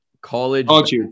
college